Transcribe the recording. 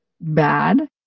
bad